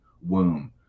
womb